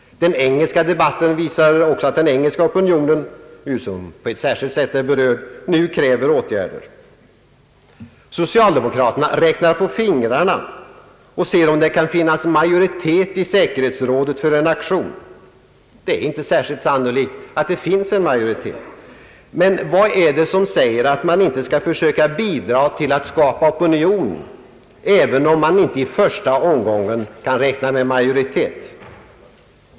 Den engelska debatten visar också på att den engelska opinionen, som ju på ett särskilt sätt är berörd, nu kräver åtgärder. Socialdemokraterna räknar på fingrarna om det kan finnas majoritet i säkerhetsrådet för en aktion. Det är inte särskilt sannolikt att det finns en majoritet. Men vad är det som säger att man inte skall försöka bidra till att skapa opinion även om man inte i första omgången kan räkna med majoritet?